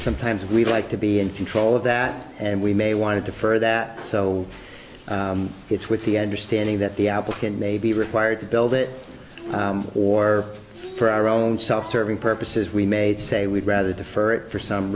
sometimes we'd like to be in control of that and we may want to defer that so it's with the understanding that the applicant may be required to build it or for our own self serving purposes we may say we'd rather defer it for some